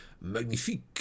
Magnifique